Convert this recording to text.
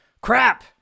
crap